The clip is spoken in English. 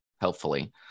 helpfully